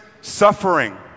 suffering